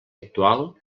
actual